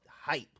hype